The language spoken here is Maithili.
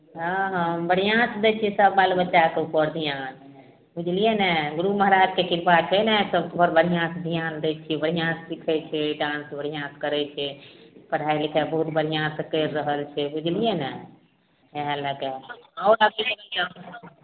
हँ हँ बढ़िआँसे दै छिए सभ बाल बच्चाके उपर धिआन बुझलिए ने गुरु महाराजके किरपा छै ने सभपर बढ़िआँसे धिआन दै छिए बढ़िआँसे सिखै छै डान्स बढ़िआँसे करै छै पढ़ाइ लिखाइ बहुत बढ़िआँसे करि रहल छै बुझलिए ने इएह लैके